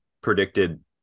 predicted